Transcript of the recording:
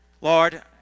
Lord